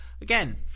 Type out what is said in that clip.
again